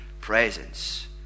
presence